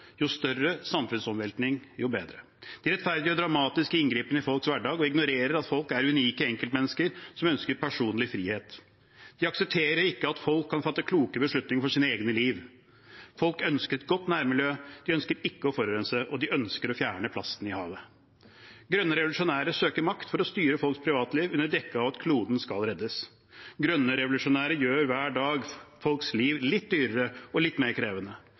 Jo større samfunnsomveltning, jo bedre. De rettferdiggjør dramatiske inngripener i folks hverdag og ignorerer at folk er unike enkeltmennesker som ønsker personlig frihet. De aksepterer ikke at folk kan fatte kloke beslutninger for sine egne liv. Folk ønsker et godt nærmiljø, de ønsker ikke å forurense, og de ønsker å fjerne plasten i havet. Grønne revolusjonære søker makt for å styre folks privatliv under dekke av at kloden skal reddes. Grønne revolusjonære gjør hver dag folks liv litt dyrere og litt mer krevende.